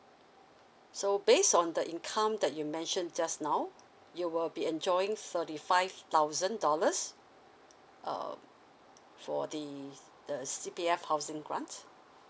so based on the income that you mention just now you will be enjoying thirty five thousand dollars um for the the C_P_F housing grant